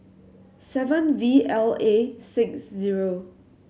seven V L A six zero